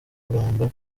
kuramba